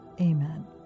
Amen